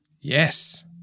Yes